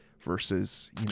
versus